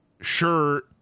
sure